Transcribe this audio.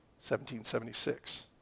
1776